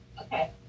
Okay